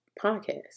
podcast